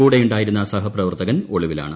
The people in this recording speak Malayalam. കൂടെയുണ്ടായിരുന്ന സഹപ്രവർത്തകൻ ഒളിവിലാണ്